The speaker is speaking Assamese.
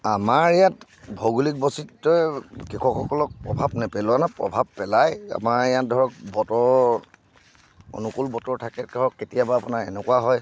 আমাৰ ইয়াত ভৌগোলিক বৈচিত্ৰই কৃষকসকলক প্ৰভাৱ নেপেলোৱা নহয় প্ৰভাৱ পেলায় আমাৰ ইয়াত ধৰক বতৰ অনুকূল বতৰ থাকে ধৰক কেতিয়াবা আপোনাৰ এনেকুৱা হয়